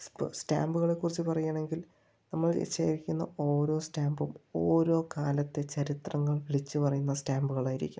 സ്റ്റാമ്പുകളെക്കുറിച്ച് പറയുകയാണെങ്കിൽ നമ്മൾ ശേഖരിക്കുന്ന ഓരോ സ്റ്റാമ്പും ഓരോ കാലത്തെ ചരിത്രങ്ങൾ വിളിച്ച് പറയുന്ന സ്റ്റാമ്പുകളായിരിക്കും